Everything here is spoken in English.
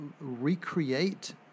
recreate